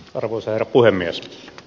arvoisa herra puhemies